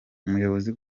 umuyobozi